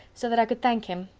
so that i could thank him.